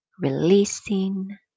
releasing